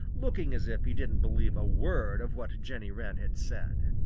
looking as if he didn't believe a word of what jenny wren had said.